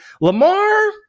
Lamar